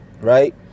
right